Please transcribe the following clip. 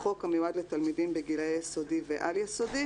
בחוק המיועד לתלמידים בגילי יסודי ועל-יסודי,